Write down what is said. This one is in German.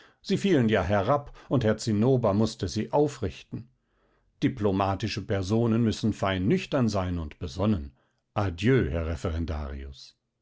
sie fielen ja herab und herr zinnober mußte sie aufrichten diplomatische personen müssen fein nüchtern sein und besonnen adieu herr referendarius